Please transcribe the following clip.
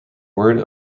word